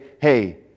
hey